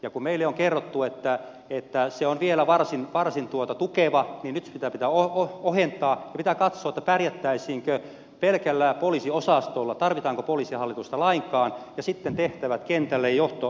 ja kun meille on kerrottu että se on vielä varsin tukeva niin nyt sitä pitää ohentaa ja pitää katsoa pärjättäisiinkö pelkällä poliisiosastolla tarvitaanko poliisihallitusta lainkaan ja sitten tehtävät kentälle johto organisaatio kentälle